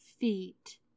feet